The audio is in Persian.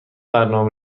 برنامه